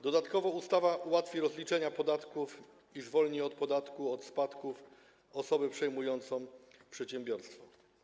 Dodatkowo ustawa ułatwi rozliczanie podatków i zwolni od podatku od spadków osobę przejmującą przedsiębiorstwo.